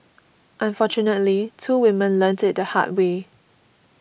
unfortunately two women learnt it the hard way